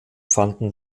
fanden